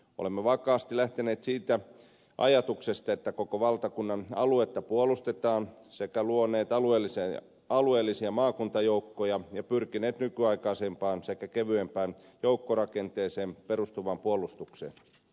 olemme vakaasti lähteneet siitä ajatuksesta että koko valtakunnan aluetta puolustetaan sekä luoneet alueellisia maakuntajoukkoja ja pyrkineet nykyaikaisempaan sekä kevyempään joukkorakenteeseen perustuvaan puolustukseen